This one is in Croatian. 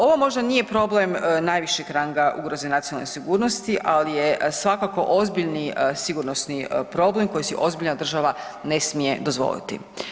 Ovo možda nije problem najvišeg ranga ugroze nacionalne sigurnosti, al je svakako ozbiljni sigurnosni problem koji si ozbiljna država ne smije dozvoliti.